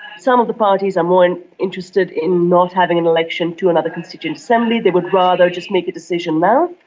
some of the parties are more and interested in not having an election to another constituent assembly they would rather just make a decision now.